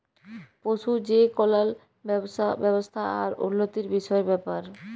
পশু যে কল্যাল ব্যাবস্থা আর উল্লতির বিষয়ের ব্যাপার